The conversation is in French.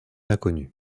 inconnue